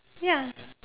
ya